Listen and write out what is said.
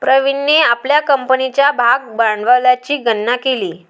प्रवीणने आपल्या कंपनीच्या भागभांडवलाची गणना केली